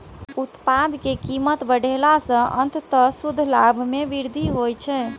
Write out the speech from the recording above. उत्पाद के कीमत बढ़ेला सं अंततः शुद्ध लाभ मे वृद्धि होइ छै